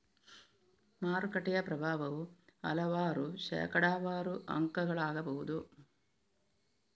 ಮಾರುಕಟ್ಟೆಯ ಪ್ರಭಾವವು ಹಲವಾರು ಶೇಕಡಾವಾರು ಅಂಕಗಳಾಗಬಹುದು